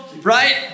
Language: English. right